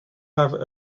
have